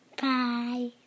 Bye